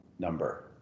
number